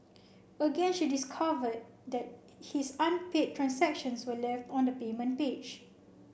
again she discovered that his unpaid transactions were left on the payment page